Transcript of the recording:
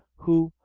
who,